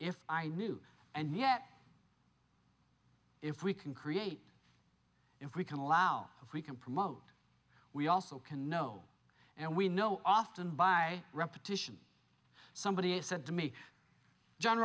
if i knew and yet if we can create if we can allow if we can promote we also can know and we know often by repetition somebody said to me john